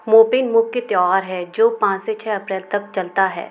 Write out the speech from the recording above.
मोपिन मुख्य त्योहार है जो पाँच से छः अप्रैल तक चलता है